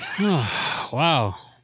Wow